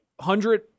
hundred